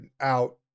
out